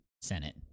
Senate